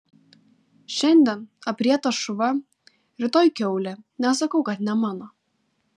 šiandien aprietas šuva rytoj kiaulė nesakau kad ne mano